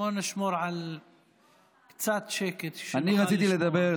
בואו נשמור על קצת שקט, שנוכל לשמוע.